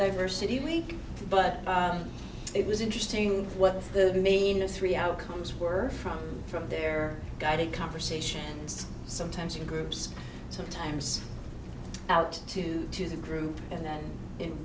diversity week but it was interesting what the main in those three outcomes were from from their guided conversations sometimes you groups sometimes out to two the group and then in